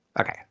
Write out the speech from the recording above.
Okay